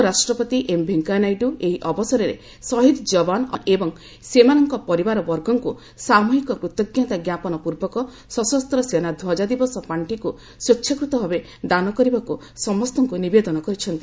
ଉପରାଷ୍ଟ୍ରପତି ଏମ୍ ଭେଙ୍କିୟା ନାଇଡୁ ଏହି ଅବସରରେ ଶହୀଦ୍ ଯବାନ ଏବଂ ସେମାନଙ୍କ ପରିବାରବର୍ଗଙ୍କୁ ସାମ୍ଭିକ କୃତଜ୍ଞତା ଜ୍ଞାପନପୂର୍ବକ ସଶସ୍ତ ସେନା ଧ୍ୱଜାଦିବସ ପାଖିକୁ ସ୍ୱେଚ୍ଛାକୃତ ଭାବେ ଦାନ କରିବାକୁ ସମସ୍ତଙ୍କୁ ନିବେଦନ କରିଛନ୍ତି